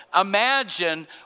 imagine